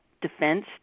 defense